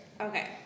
Okay